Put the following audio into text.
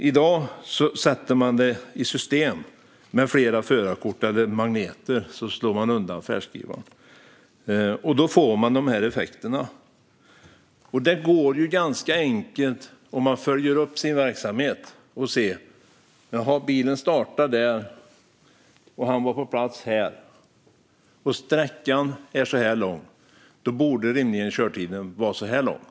I dag sätter man det i system, med flera förarkort eller med magneter som slår ut färdskrivaren. Då får vi de här effekterna. Om man följer upp sin verksamhet är det ganska enkelt: Bilen startar på det ena stället, och den kommer fram på det andra stället. Sträckan däremellan är så och så lång. Då borde rimligen körtiden vara så och så lång.